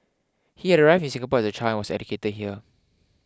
he had arrived in Singapore as a child and was educated here